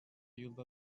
yılda